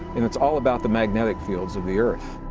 and it's all about the magnetic fields of the earth.